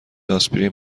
آسپرین